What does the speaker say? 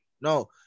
No